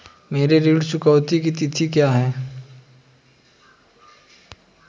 मेरे ऋण चुकाने की तिथि क्या है?